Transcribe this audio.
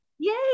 Yay